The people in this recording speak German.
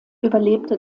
überlebte